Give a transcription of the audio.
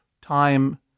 time